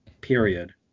period